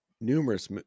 numerous